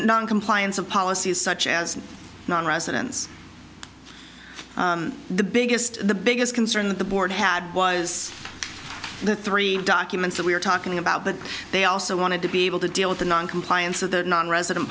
noncompliance of policies such as not residence the biggest the biggest concern that the board had was the three documents that we're talking about but they also wanted to be able to deal with the noncompliance of the nonresident